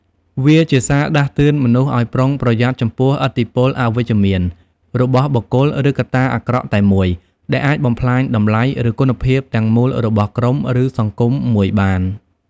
វាជាសារដាស់តឿនមនុស្សឲ្យប្រុងប្រយ័ត្នចំពោះ ឥទ្ធិពលអវិជ្ជមាន របស់បុគ្គល ឬកត្តាអាក្រក់តែមួយ ដែលអាចបំផ្លាញតម្លៃ ឬគុណភាពទាំងមូលរបស់ក្រុម ឬសង្គមមួយបាន។